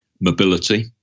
mobility